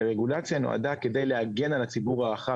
רגולציה נועדה כדי להגן על הציבור הרחב,